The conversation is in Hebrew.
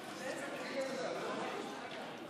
איציק כהן על שהציג את החוק.